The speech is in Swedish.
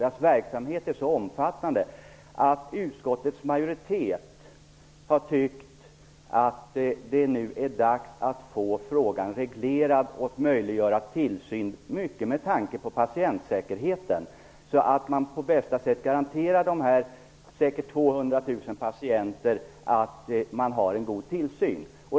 Deras verksamhet är så omfattande att utskottets majoritet har tyckt att det nu är dags att få frågan reglerad och möjliggöra tillsyn, mycket med tanke på patientsäkerheten, för att på bästa sätt garantera de 200 000 patienterna att det finns en god tillsyn.